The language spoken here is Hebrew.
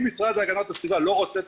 אם המשרד להגנת הסביבה לא רוצה את